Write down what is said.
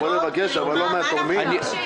מה אנחנו מבקשים?